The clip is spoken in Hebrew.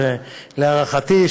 להערכתי,